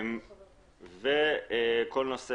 כל נושא